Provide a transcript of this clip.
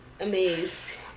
amazed